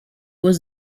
was